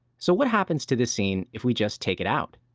so what happens to the scene if we just take it out?